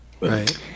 Right